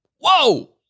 Whoa